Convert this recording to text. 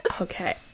Okay